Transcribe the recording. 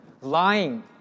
lying